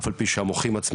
אף על פי שהמוחים עצמם,